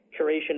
curation